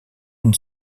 une